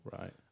Right